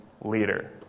leader